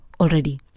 already